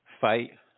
fight